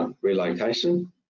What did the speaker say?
relocation